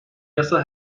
yasa